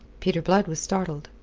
peter blood was startled.